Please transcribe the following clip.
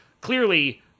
clearly